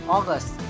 August